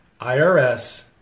IRS